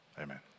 Amen